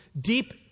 deep